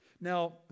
Now